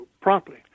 promptly